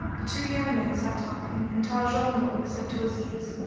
the two young men sat talking and taj al-muluk said to aziz,